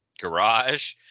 garage